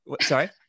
Sorry